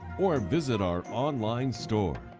or visit our online store.